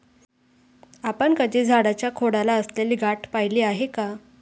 आपण कधी झाडाच्या खोडाला असलेली गाठ पहिली आहे का?